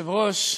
אדוני היושב-ראש,